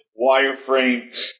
wireframe